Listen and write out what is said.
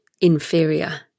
inferior